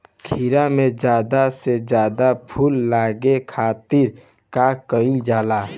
खीरा मे ज्यादा से ज्यादा फूल लगे खातीर का कईल जाला?